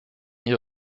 ihr